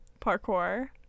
Parkour